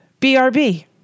BRB